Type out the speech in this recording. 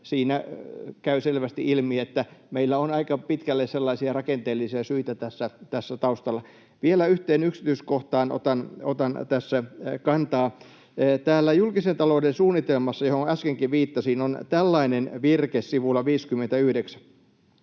Siinä käy selvästi ilmi, että meillä on aika pitkälle sellaisia rakenteellisia syitä tässä taustalla. Vielä yhteen yksityiskohtaan otan tässä kantaa. Täällä julkisen talouden suunnitelmassa, johon äskenkin viittasin, on tällainen virke sivulla 59: